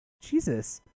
Jesus